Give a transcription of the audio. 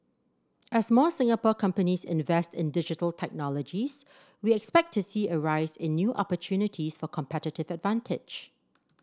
as more Singapore companies invest in Digital Technologies we expect to see a rise in new opportunities for competitive advantage